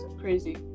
crazy